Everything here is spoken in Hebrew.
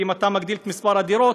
כי אם אתה מגדיל את מספר הדירות,